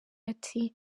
ati